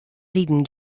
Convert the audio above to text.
riden